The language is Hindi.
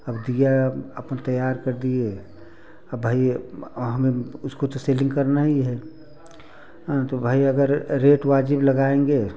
अब दीया अपन तैयार कर दिए अब भाई हमें उसको तो सेलिंग करना ही है तो भाई अगर रेट वाजिब लगाएंगे